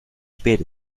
spät